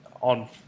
on